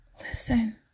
listen